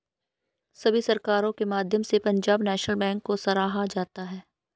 सभी सरकारों के माध्यम से पंजाब नैशनल बैंक को सराहा जाता रहा है